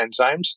enzymes